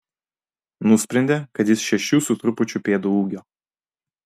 nusprendė kad jis šešių su trupučiu pėdų ūgio